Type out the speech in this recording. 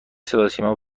صداسیما